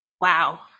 wow